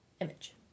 image